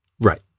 Right